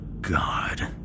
God